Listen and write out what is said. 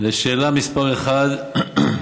לשאלה 1: